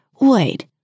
Wait